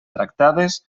tractades